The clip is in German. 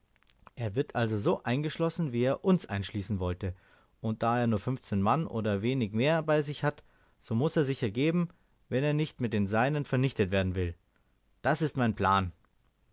er wird also so eingeschlossen wie er uns einschließen wollte und da er nur fünfzehn mann oder wenig mehr bei sich hat so muß er sich ergeben wenn er nicht mit den seinen vernichtet werden will das ist mein plan